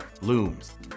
looms